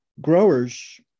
growers